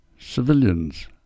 civilians